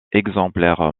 exemplaires